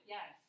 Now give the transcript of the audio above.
Yes